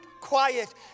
quiet